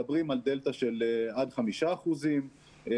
מדברים על דלתא של עד 5% גידול,